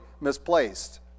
misplaced